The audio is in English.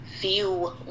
view